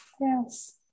Yes